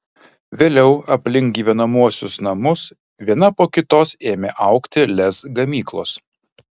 vėliau aplink gyvenamuosius namus viena po kitos ėmė augti lez gamyklos